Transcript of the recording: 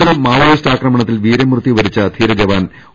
ചത്തീസ്ഗഡിൽ മാവോയിസ്റ്റ് ആക്രമണത്തിൽ വീരമൃത്യു വരിച്ച ധീര ജവാൻ ഒ